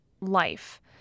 life